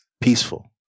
Peaceful